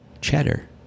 cheddar